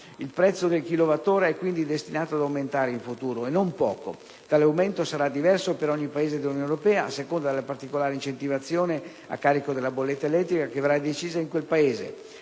Il prezzo del chilowattora è quindi destinato ad aumentare in futuro, e non poco. Tale aumento sarà diverso per ogni Paese dell'Unione europea, a seconda della particolare incentivazione a carico della bolletta elettrica che verrà decisa in quel Paese.